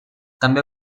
també